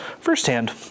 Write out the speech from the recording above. firsthand